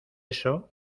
eso